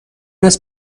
است